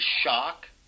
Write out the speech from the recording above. shock